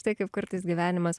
tai kaip kartais gyvenimas